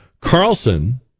Carlson